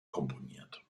komponiert